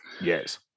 yes